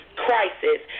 crisis